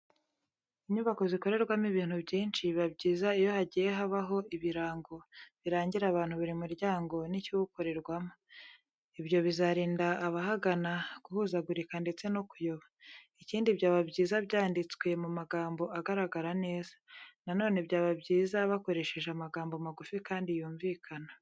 Inyubako zikorerwamo ibintu byinshi, biba byiza iyo hagiye habaho ibirango birangira abantu buri muryango n'ikiwukorerwamo. Ibyo bizarinda abahagana guhuzagurika ndetse no kuyoba. Ikindi byaba byiza byanditswe mu magambo agaragara neza. Na none byaba byiza bakoresheje amagambo magufi kandi yumvikana.